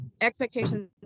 expectations